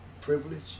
privilege